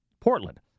Portland